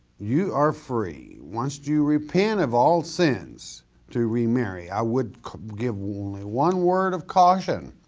you are free, once you repent of all sins to remarry. i would give only one word of caution,